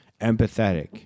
empathetic